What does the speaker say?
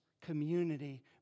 community